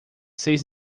seis